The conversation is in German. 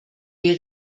wir